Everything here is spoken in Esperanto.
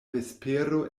vespero